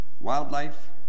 Wildlife